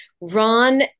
ron